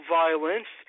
violence